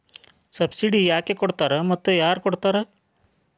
Subsidy ಯಾಕೆ ಕೊಡ್ತಾರ ಮತ್ತು ಯಾರ್ ಕೊಡ್ತಾರ್?